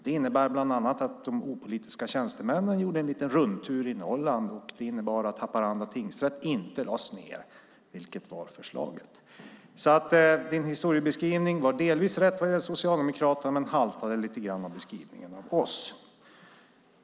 Det innebär bland annat att de opolitiska tjänstemännen gjorde en liten rundtur i Norrland, och det innebar att Haparanda tingsrätt inte lades ned, vilket hade föreslagits. Historiebeskrivningen var alltså delvis rätt vad gäller Socialdemokraterna men haltade lite grann i beskrivningen av oss.